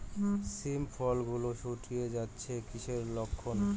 শিম ফল গুলো গুটিয়ে যাচ্ছে কিসের লক্ষন?